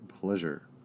pleasure